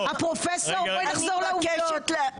הייתם חוסכים הרבה זמן ותאמרו שבהליך רפואי יש פרוצדורה,